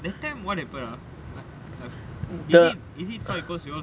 that time whatever I I is it fight because you all